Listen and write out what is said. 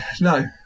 No